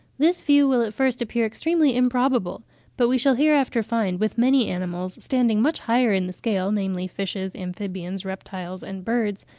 this view will at first appear extremely improbable but we shall hereafter find with many animals standing much higher in the scale, namely fishes, amphibians, reptiles and birds,